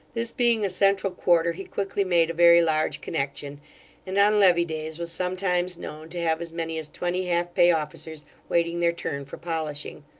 this being a central quarter, he quickly made a very large connection and on levee days, was sometimes known to have as many as twenty half-pay officers waiting their turn for polishing.